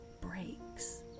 breaks